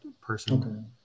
person